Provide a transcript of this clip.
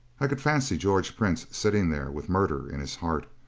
i could fancy george prince sitting there with murder in his heart,